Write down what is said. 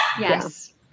Yes